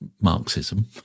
Marxism